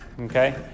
Okay